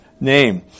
name